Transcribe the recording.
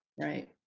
Right